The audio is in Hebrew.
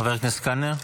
חבר הכנסת קלנר.